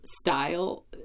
style